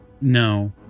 No